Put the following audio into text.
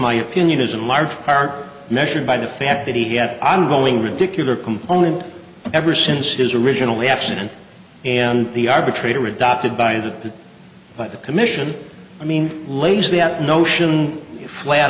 my opinion is and large are measured by the fact that he had ongoing ridiculous component ever since his original accident and the arbitrator adopted by the by the commission i mean lays that notion flat